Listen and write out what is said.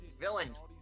Villains